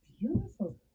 beautiful